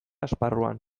esparruan